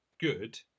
good